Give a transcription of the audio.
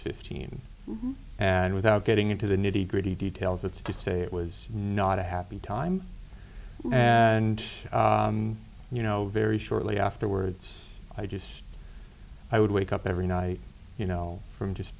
fifteen and without getting into the nitty gritty details let's just say it was not a happy time and you know very shortly afterwards i just i would wake up every night you know from just